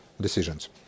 decisions